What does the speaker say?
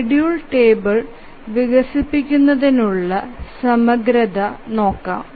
schedule table വികസിപ്പിക്കുന്നതിനുള്ള സമഗ്രത നോക്കാം